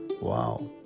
Wow